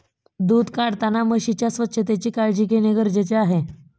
दूध काढताना म्हशीच्या स्वच्छतेची काळजी घेणे गरजेचे आहे